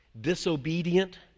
disobedient